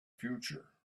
future